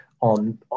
on